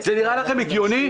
זה נראה לכם הגיוני?